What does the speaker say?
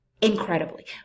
incredibly